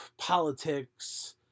politics